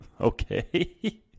Okay